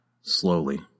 slowly